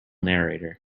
narrator